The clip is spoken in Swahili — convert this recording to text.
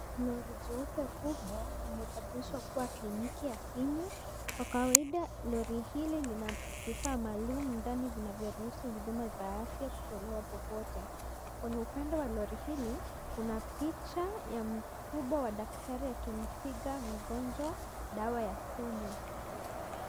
Lori jeupe kubwa limebadilishwa kuwa kliniki ya simu, kwa kawaida lori hili lina vifaa maalum ndani vinavyoruhusu huduma za afya kutolewa popote. Kwenye upande wa lori hili, kuna picha ya mkubwa wa daktari akimpiga mgonjwa dawa ya kunywa.